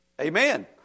Amen